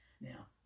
Now